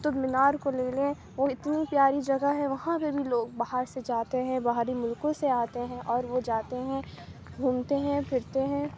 قطب مینار کو لے لیں وہ اتنی پیاری جگہ ہے وہاں پہ بھی لوگ باہر سے جاتے ہیں باہری ملکوں سے آتے ہیں اور وہ جاتے ہیں گھومتے ہیں پھرتے ہیں